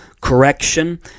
correction